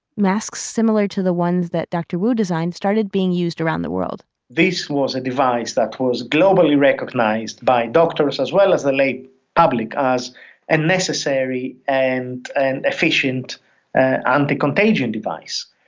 masks similar to the ones that dr. wu designed started being used around the world this was a device that caused globally recognized by doctors as well as the late public as a and necessary and and efficient anti-contagion device.